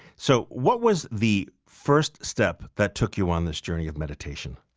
so what was the first step that took you on this journey of meditation?